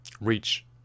reach